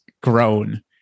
grown